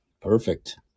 Perfect